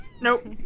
Nope